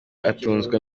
atunzwe